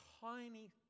tiny